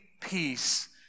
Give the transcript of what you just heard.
peace